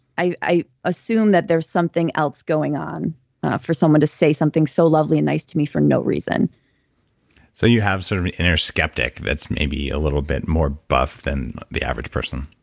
i i assume that there's something else going on for someone to say something so lovely and nice to me for no reason so you have sort of an inner skeptic that's maybe a little bit more buff than the average person?